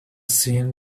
seen